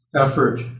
effort